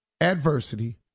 Adversity